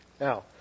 Now